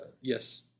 Yes